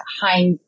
high